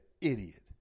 idiot